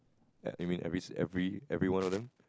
ya you mean every sin~ every every one of them